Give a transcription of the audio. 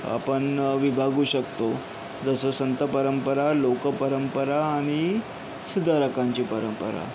आपण विभागू शकतो जसं संत परंपरा लोक परंपरा आणि सुधारकांची परंपरा